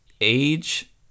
age